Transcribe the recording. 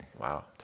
Wow